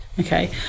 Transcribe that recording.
Okay